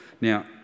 Now